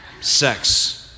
Sex